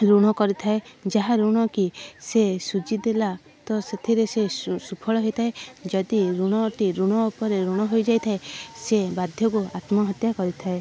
ଋଣ କରିଥାଏ ଯାହା ଋଣ କି ସେ ସୁଝିଦେଲା ତ ସେଥିରେ ସେ ସୁ ସୁଫଳ ହୋଇଥାଏ ଯଦି ଋଣଟି ଋଣ ଉପରେ ଋଣ ହୋଇଯାଇଥାଏ ସେ ବାଧ୍ୟକୁ ଆତ୍ମହତ୍ୟା କରିଥାଏ